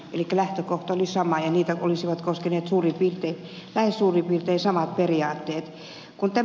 elikkä lähtökohta oli sama ja niitä olisivat koskeneet lähes suurin piirtein samat periaatteet